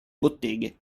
botteghe